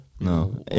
No